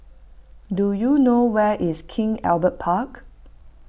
do you know where is King Albert Park